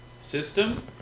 system